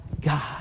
God